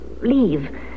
leave